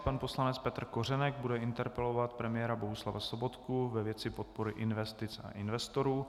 Pan poslanec Petr Kořenek bude interpelovat premiéra Bohuslava Sobotku ve věci podpory investic a investorů.